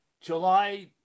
July